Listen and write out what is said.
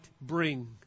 bring